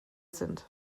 sind